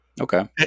okay